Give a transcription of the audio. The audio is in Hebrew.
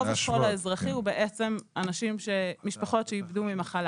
רוב השכול האזרחי הוא משפחות שאיבדו עקב מחלה